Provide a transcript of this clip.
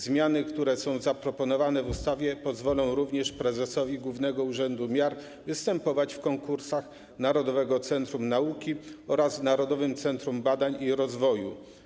Zmiany, które są zaproponowane w ustawie, pozwolą również prezesowi Głównego Urzędu Miar występować w konkursach Narodowego Centrum Nauki oraz Narodowego Centrum Badań i Rozwoju.